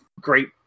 great